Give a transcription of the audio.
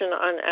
on